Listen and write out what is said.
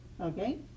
Okay